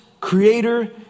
creator